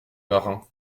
marin